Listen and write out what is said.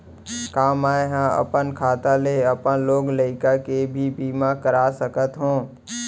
का मैं ह अपन खाता ले अपन लोग लइका के भी बीमा कर सकत हो